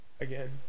Again